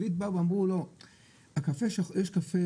עלית באו ואמרו: יש קפה